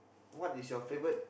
what is your favorite